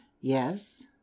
yes